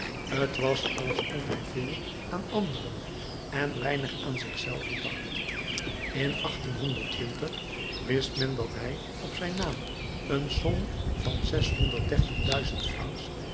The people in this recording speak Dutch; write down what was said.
t was alsof hij veel aan anderen en weinig aan zich zelven dacht in wist men dat hij op zijn naam een som van zeshonderddertig duizend francs